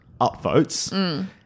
upvotes